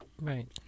Right